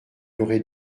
aurait